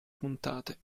puntate